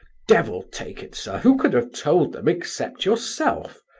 devil take it, sir, who could have told them except yourself?